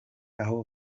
aho